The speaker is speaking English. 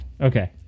Okay